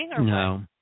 No